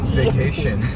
vacation